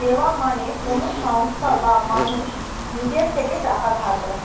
দেওয়া মানে কোন সংস্থা বা মানুষ নিজের থেকে টাকা ধার দেয়